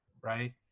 Right